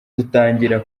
dutangira